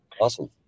awesome